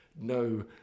no